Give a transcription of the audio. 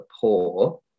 poor